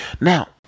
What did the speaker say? Now